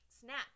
snap